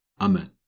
Amen